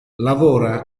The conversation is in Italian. lavora